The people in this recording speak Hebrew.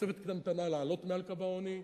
בתוספת קטנטנה לעלות מעל קו העוני,